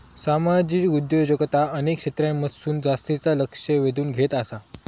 सामाजिक उद्योजकता अनेक क्षेत्रांमधसून जास्तीचा लक्ष वेधून घेत आसा